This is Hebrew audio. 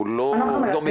היא לא מגיבה?